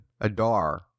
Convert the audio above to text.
Adar